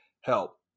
help